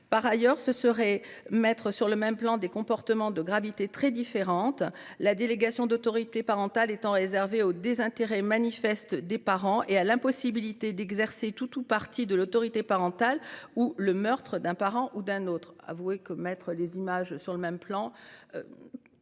Par ailleurs, ce serait mettre sur le même plan des comportements de gravités très différentes, la délégation d'autorité parentale étant réservée au « désintérêt manifeste » des parents, à « l'impossibilité d'exercer tout ou partie de l'autorité parentale » ou au meurtre d'un parent par l'autre.